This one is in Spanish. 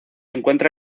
encuentra